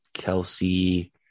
Kelsey